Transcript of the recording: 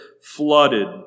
flooded